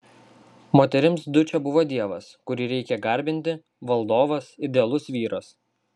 moterims dučė buvo dievas kurį reikia garbinti valdovas idealus vyras